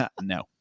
no